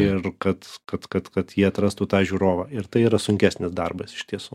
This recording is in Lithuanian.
ir kad kad kad kad jie atrastų tą žiūrovą ir tai yra sunkesnis darbas iš tiesų